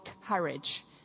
courage